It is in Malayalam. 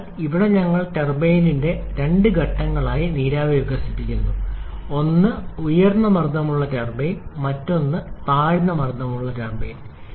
അതിനാൽ ഇവിടെ ഞങ്ങൾ ടർബൈനിന്റെ രണ്ട് ഘട്ടങ്ങളായി നീരാവി വികസിപ്പിക്കുന്നു ഒന്ന് ഉയർന്ന മർദ്ദമുള്ള ടർബൈൻ മറ്റൊന്ന് താഴ്ന്ന മർദ്ദമുള്ള ടർബൈൻ